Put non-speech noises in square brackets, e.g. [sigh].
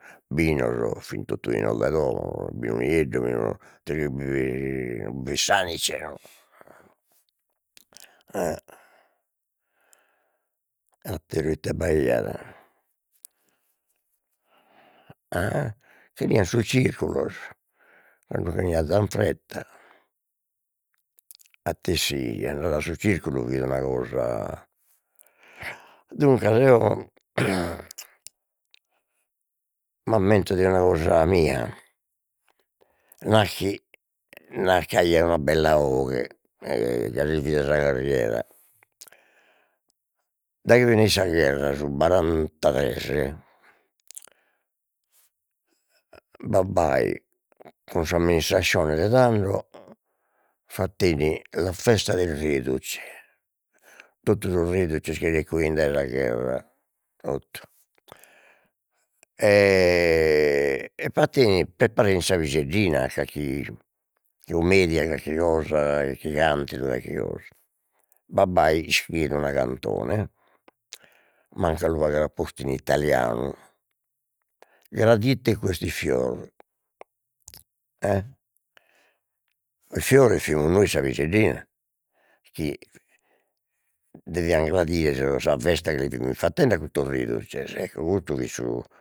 Binos fin totu 'inos de domo binu nieddu [unintelligible] non bi fit s'anice no [hesitation] e atteru ite b'aiat a che 'enian sos circulos, tando che 'eniat Zanfretta, matessi andare a su circulu fit una cosa, duncas eo [noise] m'ammento de una cosa mia, nachi nachi aia una bella 'oghe, e già ses vida sa carriera, daghi fineit sa gherra, su barantatres, babbai cun s'amministrascione de tando, fatteit la festa dei reduci, totu sos reduces chi recuein dai sa gherra, totu [hesitation] e fattein preparein sa pideddina a carchi cumedia carchi cosa carchi cantidu calchi cosa, babbai iscrieit una cantone mancu, a lu fagher apposta in italianu: gradite questi fior a sos fiores fimus nois sa piseddina chi devian gradire sa festa chi li fimus fattende a custos reduces ecco custu fit su